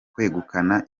kwegukana